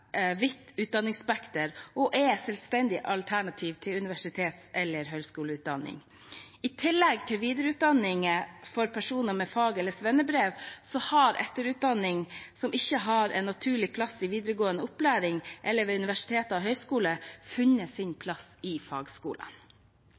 og er et selvstendig alternativ til universitets- eller høyskoleutdanning. I tillegg til videreutdanning for personer med fag- eller svennebrev har etterutdanning som ikke har en naturlig plass i videregående opplæring eller ved universiteter og høyskoler, funnet sin